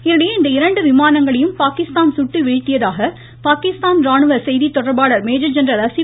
இதனிடையே இந்த இரண்டு விமானங்களையும் பாகிஸ்தான் சுட்டு வீழ்த்தியதாக பாகிஸ்தான் ராணுவ செய்தி தொடர்பாளர் மேஜர் ஜெனரல் அசீ